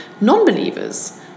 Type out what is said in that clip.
non-believers